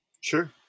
Sure